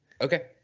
Okay